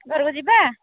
ଘରକୁ ଯିବା